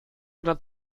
oder